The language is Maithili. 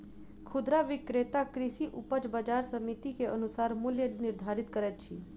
खुदरा विक्रेता कृषि उपज बजार समिति के अनुसार मूल्य निर्धारित करैत अछि